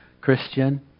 Christian